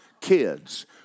kids